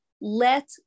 let